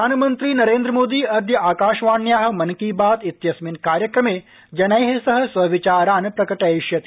मन की बात प्रधानमन्त्री नरेन्द्र मोदी अद्य आकाशवाण्याः मन की बात इत्यस्मिन् कार्यक्रमे जनैः सह स्वविचारान् प्रकटयिष्यति